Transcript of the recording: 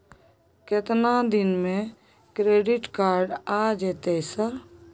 केतना दिन में क्रेडिट कार्ड आ जेतै सर?